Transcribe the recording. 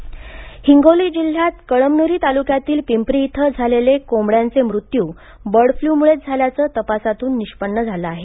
bird flu Hingoli जिल्ह्यात कळमनुरी तालुक्यातील पिंपरी येथे झालेले कोंबड्याचे मृत्यू बर्ड फ्लुमुळेच झाल्याचे तपासातून स्पष्ट झाले आहे